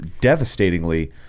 devastatingly